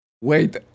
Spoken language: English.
Wait